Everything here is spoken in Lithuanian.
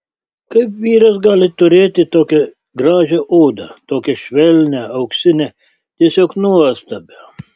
kaip vyras gali turėti tokią gražią odą tokią švelnią auksinę tiesiog nuostabią